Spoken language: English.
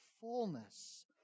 fullness